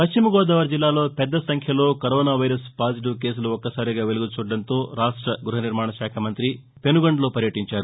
పశ్చిమ గోదావరి జిల్లాలో పెద్ద సంఖ్యలో కరోనా వైరస్ పాజిటివ్ కేసులు ఒక్కసారిగా వెలుగుచూడటంతో రాష్ట గృహ నిర్మాణ శాఖ మంతి పెనుగొండలో పర్యటించారు